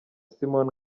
simon